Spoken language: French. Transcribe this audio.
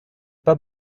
pas